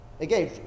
Again